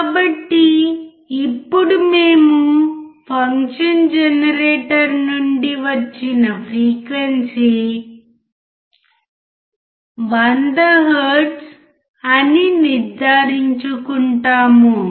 కాబట్టి ఇప్పుడు మేము ఫంక్షన్ జనరేటర్ నుండి వచ్చిన ఫ్రీక్వెన్సీ 100 హెర్ట్జ్ అని నిర్ధారించుకుంటాము